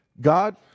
God